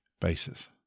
basis